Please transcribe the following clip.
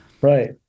right